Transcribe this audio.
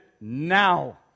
now